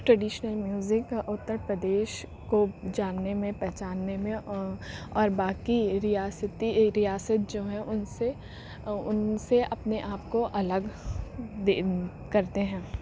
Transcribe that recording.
traditional music Uttar Pradesh کو جاننے میں پہچاننے میں او اور باقی ریاستی ریاست جو ہیں ان سے ان سے اپنے آپ کو الگ کرتے ہیں